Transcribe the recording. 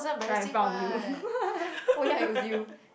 right in front of you oh ya it was you